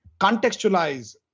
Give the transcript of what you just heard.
contextualize